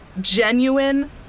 genuine